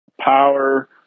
power